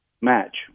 match